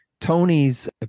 Tony's